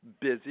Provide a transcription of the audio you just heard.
busy